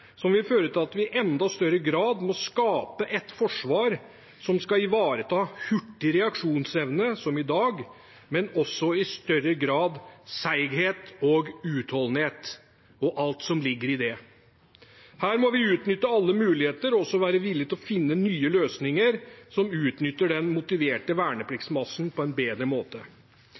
som vil føre til at vi i enda større grad må skape et forsvar som skal ivareta hurtig reaksjonsevne, som i dag, men også i større grad seighet, utholdenhet og alt som ligger i det. Her må vi utnytte alle muligheter og også være villig til å finne nye løsninger som utnytter den motiverte vernepliktsmassen på en bedre måte.